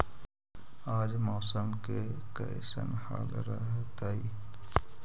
आज मौसम के कैसन हाल रहतइ?